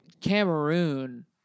Cameroon